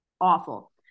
Awful